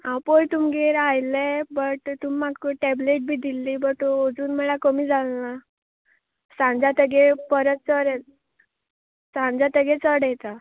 हांव पयर तुमगेर आयिल्लें बट तुमी म्हाक टेबलेट बी दिल्ली बट अजून म्हळ्यार कमी जाल ना सान जातकीर परत जर येत् सान जातकीर चड येता